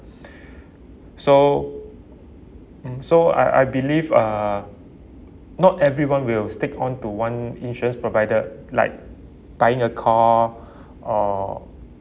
so mm so I I believe uh not everyone will stick onto one insurance provider like buying a car or